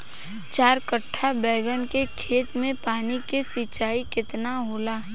चार कट्ठा बैंगन के खेत में पानी के सिंचाई केतना होला?